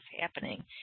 happening